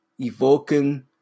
Evoking